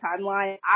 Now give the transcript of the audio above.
timeline